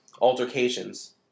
altercations